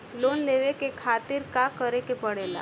Loan लेवे के खातिर का करे के पड़ेला?